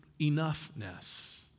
enoughness